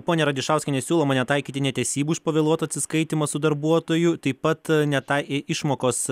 ponia radišauskiene siūloma netaikyti netesybų už pavėluotą atsiskaitymą su darbuotoju taip pat ne tą išmokos